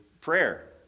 prayer